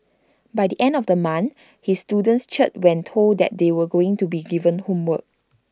by the end of the month his students cheered when told that they were going to be given homework